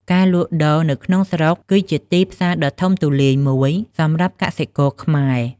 ការលក់ដូរនៅក្នុងស្រុក គឺជាទីផ្សារដ៏ធំទូលាយមួយសម្រាប់កសិករខ្មែរ។